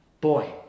Boy